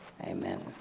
Amen